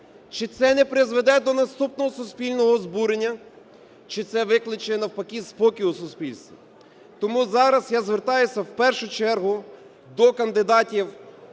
чи це не призведе до наступного суспільного збурення, чи це викличе навпаки спокій у суспільстві. Тому зараз я звертаюся в першу чергу до кандидатів